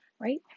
right